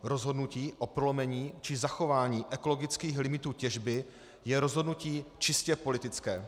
Rozhodnutí o prolomení či zachování ekologických limitů těžby je rozhodnutí čistě politické.